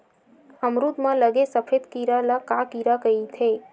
अमरूद म लगे सफेद कीरा ल का कीरा कइथे?